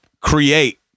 create